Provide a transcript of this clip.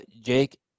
Jake